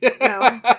No